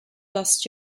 lost